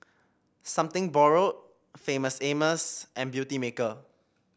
Something Borrowed Famous Amos and Beautymaker